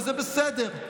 וזה בסדר.